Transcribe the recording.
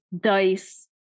dice